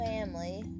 Family